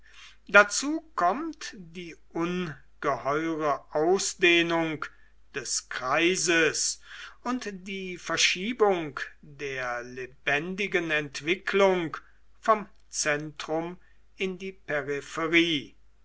dazu kommt die ungeheure ausdehnung des kreises und die verschiebung der lebendigen entwicklung vom zentrum in die